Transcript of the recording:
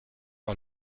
par